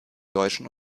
deutschen